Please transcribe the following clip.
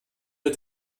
der